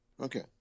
Okay